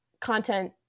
content